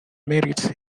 merit